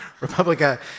Republica